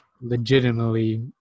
legitimately